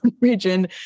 region